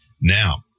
Now